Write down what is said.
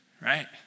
Right